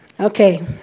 Okay